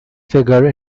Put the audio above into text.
figure